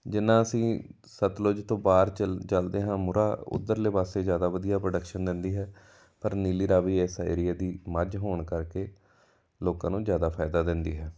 ਜਿੰਨਾ ਅਸੀਂ ਸਤਲੁਜ ਤੋਂ ਬਾਹਰ ਚੱਲ ਚੱਲਦੇ ਹਾਂ ਮੋਰਾ ਉੱਧਰਲੇ ਪਾਸੇ ਜ਼ਿਆਦਾ ਵਧੀਆ ਪ੍ਰੋਡਕਸ਼ਨ ਦਿੰਦੀ ਹੈ ਪਰ ਨੀਲੀ ਰਾਵੀ ਇਸ ਏਰੀਏ ਦੀ ਮੱਝ ਹੋਣ ਕਰਕੇ ਲੋਕਾਂ ਨੂੰ ਜ਼ਿਆਦਾ ਫ਼ਾਇਦਾ ਦਿੰਦੀ ਹੈ